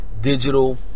digital